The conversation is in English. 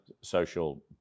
social